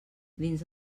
dins